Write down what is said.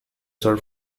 sir